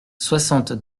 soixante